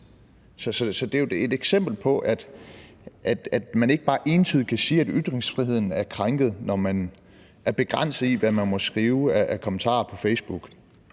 Så det er jo et eksempel på, at man ikke bare entydigt kan sige, at ytringsfriheden er krænket, når man er begrænset i, hvad man må skrive af kommentarer på Facebook.